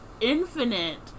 infinite